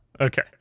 Okay